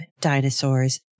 dinosaurs